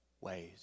ways